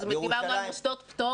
זאת אומרת: דיברנו על מוסדות פטור